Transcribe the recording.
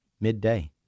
midday